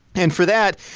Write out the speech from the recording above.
and for that,